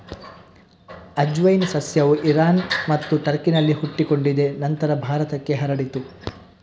ಅಜ್ವೈನ್ ಸಸ್ಯವು ಇರಾನ್ ಮತ್ತು ಟರ್ಕಿನಲ್ಲಿ ಹುಟ್ಟಿಕೊಂಡಿದೆ ನಂತರ ಭಾರತಕ್ಕೆ ಹರಡಿತು